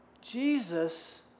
Jesus